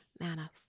manna